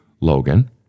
Logan